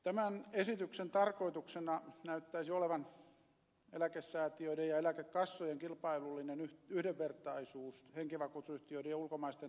tämän esityksen tarkoituksena näyttäisi olevan eläkesäätiöiden ja eläkekassojen kilpailullinen yhdenvertaisuus henkivakuutusyhtiöiden ja ulkomaisten toimijoiden kanssa